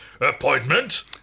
Appointment